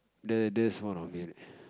the that's one of it